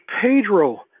Pedro